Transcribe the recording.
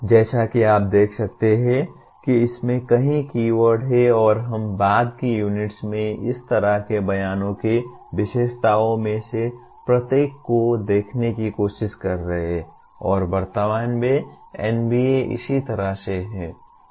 जैसा कि आप देख सकते हैं कि इसमें कई कीवर्ड हैं और हम बाद की यूनिट्स में इस तरह के बयानों की विशेषताओं में से प्रत्येक को देखने की कोशिश कर रहे हैं और वर्तमान में NBA इसी तरह से है